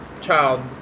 child